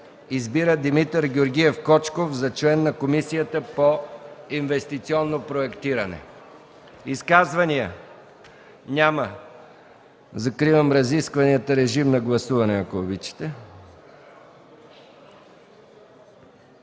Избира Димитър Георгиев Кочков за член на Комисията по инвестиционно проектиране.” Изказвания? Няма. Закривам разискванията. Моля, гласувайте.